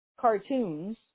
cartoons